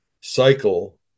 cycle